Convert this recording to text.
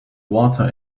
water